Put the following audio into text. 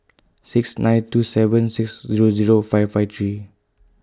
six nine two seven six Zero Zero five five three